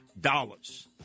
dollars